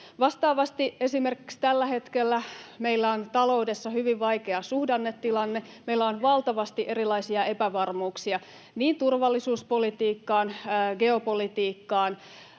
Vastaavasti esimerkiksi tällä hetkellä meillä on taloudessa hyvin vaikea suhdannetilanne. Meillä on valtavasti erilaisia epävarmuuksia liittyen niin turvallisuuspolitiikkaan, geopolitiikkaan,